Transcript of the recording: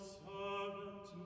servant